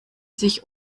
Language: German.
sich